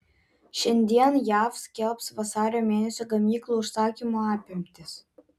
šiandien jav skelbs vasario mėnesio gamyklų užsakymų apimtis